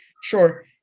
Sure